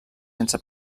sense